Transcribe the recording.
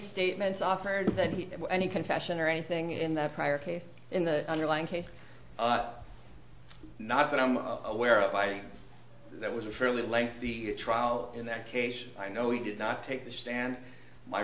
statements offered that he and any confession or anything in that prior case in the underlying case not that i'm aware of i that was a fairly lengthy trial in that case i know he did not take the stand my